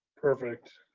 perfect.